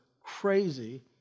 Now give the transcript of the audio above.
crazy